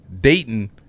Dayton